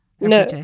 No